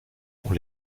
ont